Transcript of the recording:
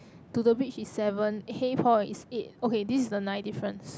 to the beach is seven hey paul is eight okay this is the ninth difference